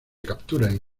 capturan